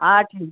हा ठीक